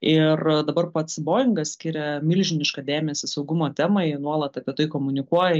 ir dabar pats boingas skiria milžinišką dėmesį saugumo temai nuolat apie tai komunikuoja